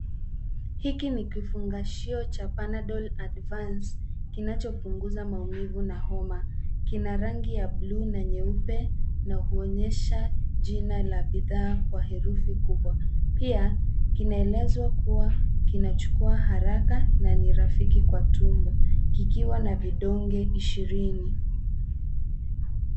Hiki ni kifungashio cha Panadol Advance kinachopunguza maumivu na homa. Kina rangi ya bluu na nyeupe na huonyesha jina la bidhaa kwa herufi kubwa. Pia kinaelezwa kuwa kinachukua haraka na ni rafiki kwa tumbo kikiwa na vidonge ishirini.